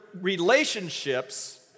relationships